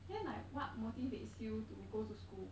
then like what motivates you to go to school